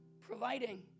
providing